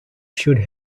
should